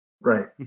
Right